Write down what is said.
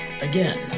again